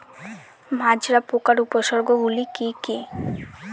মাজরা পোকার উপসর্গগুলি কি কি?